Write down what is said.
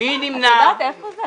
את יודעת איפה זה?